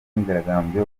imyigaragambyo